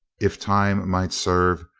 if time might serve,